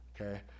okay